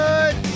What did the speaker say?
Good